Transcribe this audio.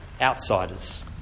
outsiders